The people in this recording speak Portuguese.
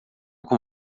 com